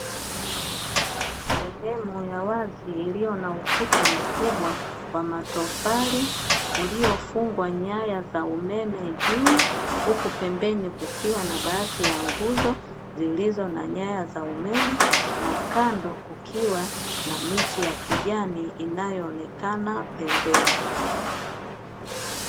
Sehemu ya wazi iliyo na ukuta mkubwa wa matofali uliyofungwa nyaya za umeme juu, huku pembeni kukiwa na baadhi ya nguzo zilizo na nyaya za umeme, na kando kukiwa na miti ya kijani inayoonekana pembeni.